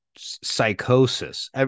psychosis